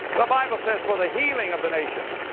the bible says, for the healing of the nations.